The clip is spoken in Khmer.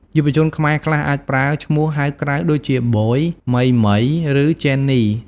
យុវជនខ្មែរខ្លះអាចប្រើឈ្មោះហៅក្រៅដូចជា “Boy”, “Mei mei”, ឬ “Jenny”។